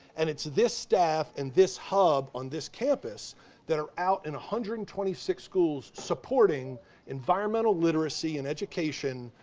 and it's this staff and this hub on this campus that are out in one hundred and twenty six schools supporting environmental literacy and education,